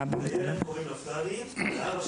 לילד קוראים נפתלי, ולאבא דניאל.